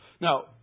Now